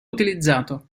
utilizzato